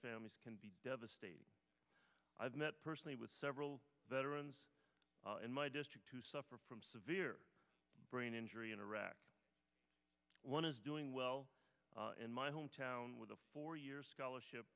families can be devastating i've met personally with several veterans in my district who suffer from severe brain injury in iraq one is doing well in my home town with a four year scholarship